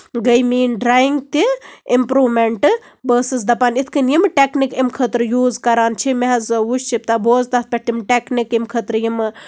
گٔے میٲنۍ ڈریِنگ تہِ اِمپروٗمیٚنٹ بہٕ ٲسٕس دَپان یِتھۍ کٔنۍ یِم ٹیکنیٖک اَمہِ خٲطرٕ یوٗز کران چھِ مےٚ حظ وُچھ بوز تَتھ پٮ۪ٹھ تِم ٹیکنیٖک ییٚمہِ خٲطرٕ یِم